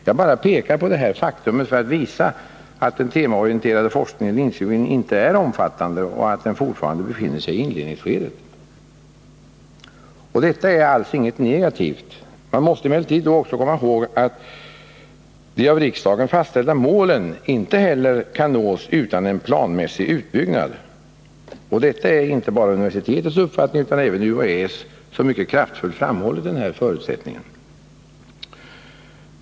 Jag bara pekar på detta faktum för att visa att den temaorienterade forskningen i Linköping inte är omfattande och att den fortfarande befinner sig i inledningsskedet. Men detta är alls inget negativt. Man måste emellertid då också komma ihåg att de av riksdagen fastställda målen inte heller kan nås utan en planmässig utbyggnad. Och detta är inte bara .universitetets uppfattning utan även UHÄ:s, som mycket kraftfullt framhål "lit den förutsättningen.